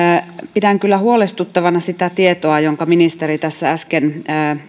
pidän kyllä huolestuttavana sitä tietoa jonka ministeri tässä äsken